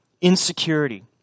insecurity